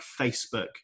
Facebook